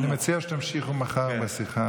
אני מציע שתמשיכו מחר בשיחה.